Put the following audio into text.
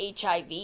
HIV